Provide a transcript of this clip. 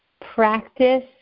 practice